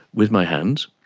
with my hands.